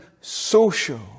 social